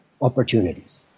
opportunities